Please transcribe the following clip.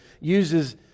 uses